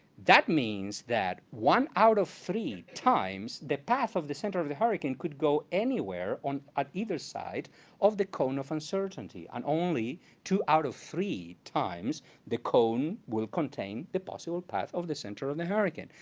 that means that one out of three times, the path of the center of the hurricane could go anywhere on on either side of the cone of uncertainty. and only two out of three times the cone will contain the possible path of the center of the hurricane.